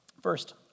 First